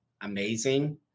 amazing